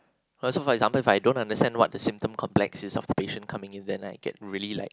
oh so for example if I don't understand what's the symptoms complex this occupation coming in then I get really like